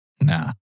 Nah